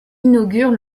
inaugure